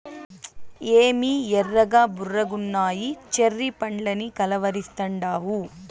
ఏమి ఎర్రగా బుర్రగున్నయ్యి చెర్రీ పండ్లని కలవరిస్తాండావు